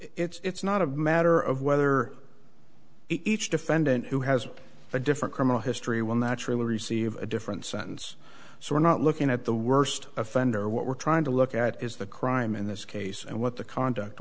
well it's not a matter of whether each defendant who has a different criminal history will naturally receive a different sentence so we're not looking at the worst offender what we're trying to look at is the crime in this case and what the conduct